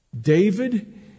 David